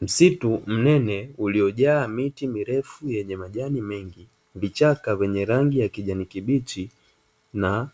Msitu mnene uliyojaa miti mirefu yenye majani mengi, vichaka vyenye rangi ya kijani kibichi na